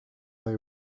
they